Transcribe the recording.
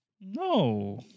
No